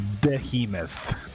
Behemoth